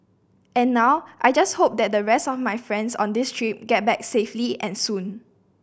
and now I just hope that the rest of my friends on this trip get back safely and soon